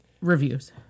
reviews